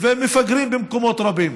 ומפגרים במקומות רבים?